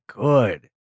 good